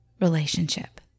relationship